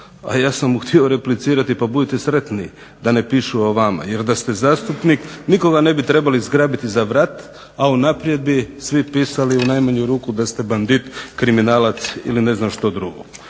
a ja sam mu htio replicirati pa budite sretni da ne pišu o vama. Jer da ste zastupnik nikoga ne bi trebali zgrabiti za vrat, a unaprijed bi svi pisali u najmanju ruku da ste bandit, kriminalac ili ne znam što drugo.